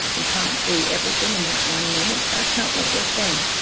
we can't do everything in that one moment, that's not what we're saying.